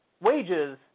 wages